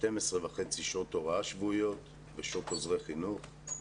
12.5 שעות הוראה שבועיות ועוזרי חינוך.